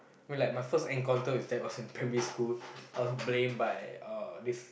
I mean like my first encounter with that was in primary school I was blamed by uh this